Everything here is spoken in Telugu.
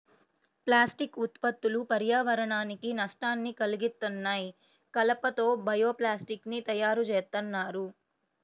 ప్లాస్టిక్ ఉత్పత్తులు పర్యావరణానికి నష్టాన్ని కల్గిత్తన్నాయి, కలప తో బయో ప్లాస్టిక్ ని తయ్యారుజేత్తన్నారు